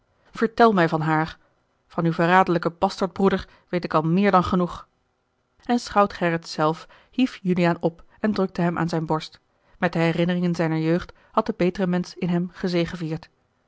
vertel mij van haar van uw verraderlijken basterdbroeder weet ik al meer dan genoeg en schout gerrit zelf hief juliaan op en drukte hem aan zijne borst met de herinneringen zijner jeugd had de betere mensch in hem gezegevierd